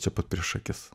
čia pat prieš akis